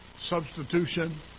substitution